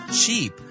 cheap